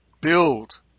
build